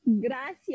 gracias